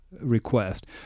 request